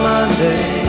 Monday